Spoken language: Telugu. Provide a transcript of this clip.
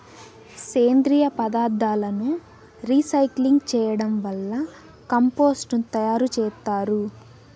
సేంద్రీయ పదార్థాలను రీసైక్లింగ్ చేయడం వల్ల కంపోస్టు ను తయారు చేత్తారు